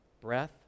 breath